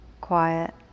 quiet